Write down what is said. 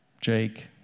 Jake